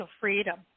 freedom